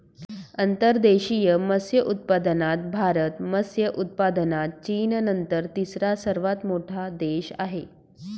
अंतर्देशीय मत्स्योत्पादनात भारत मत्स्य उत्पादनात चीननंतर तिसरा सर्वात मोठा देश आहे